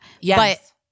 Yes